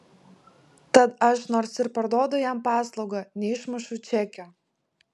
tad aš nors ir parduodu jam paslaugą neišmušu čekio